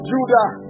Judah